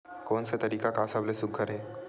कोन से तरीका का सबले सुघ्घर हे?